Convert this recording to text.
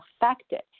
affected